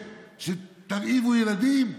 תרעיבו ילדים,